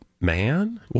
man